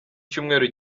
cyumweru